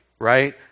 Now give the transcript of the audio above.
right